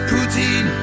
Putin